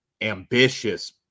ambitious